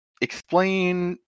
explain